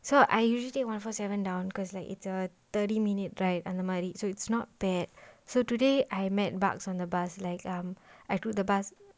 so I usually take one four seven down cause like it's a thirty minute ride அந்த மாறி:antha mari so it's not bad so today I met bugs on the bus like um I took the bus